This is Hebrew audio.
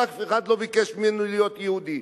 ואף אחד לא ביקש ממנו להיות יהודי.